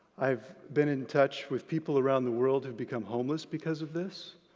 i've been in touch with people around the world who've become homeless because of this.